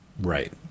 Right